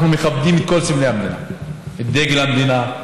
אנחנו מכבדים את כל סמלי המדינה, את דגל המדינה,